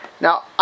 Now